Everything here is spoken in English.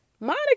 Monica